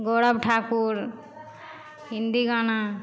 गौरव ठाकुर हिन्दी गाना